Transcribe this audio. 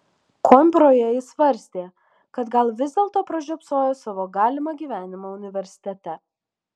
koimbroje jis svarstė kad gal vis dėlto pražiopsojo savo galimą gyvenimą universitete